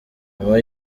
nyuma